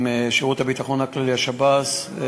עם שירות הביטחון הכללי, השב"ס.